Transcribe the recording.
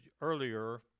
earlier